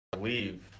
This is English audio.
leave